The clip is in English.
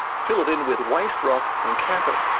fill it in with waste rock, and cap it.